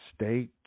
state